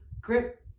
grip